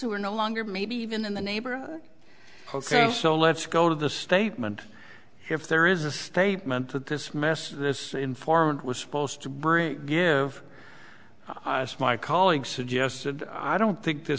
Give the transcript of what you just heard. who are no longer maybe even in the neighborhood so let's go to the statement if there is a statement that this message this informant was supposed to bring give us my colleague suggested i don't think th